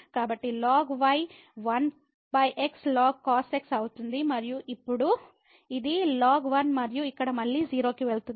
కాబట్టి log y 1xln cos x అవుతుంది మరియు ఇప్పుడు ఇది log 1 మరియు ఇక్కడ మళ్ళీ 0 కి వెళుతుంది